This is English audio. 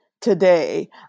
today